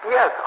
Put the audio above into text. Yes